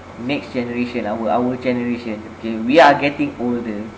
next generation our our generation okay we are getting older